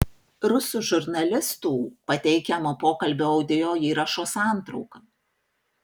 rusų žurnalistų pateikiamo pokalbio audio įrašo santrauka